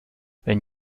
wenn